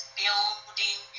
building